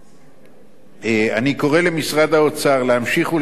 אני קורא למשרד האוצר להמשיך לתקצב כראוי